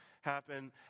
happen